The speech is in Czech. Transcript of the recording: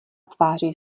tváří